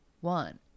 one